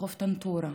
בחוף טנטורה,